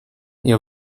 ihr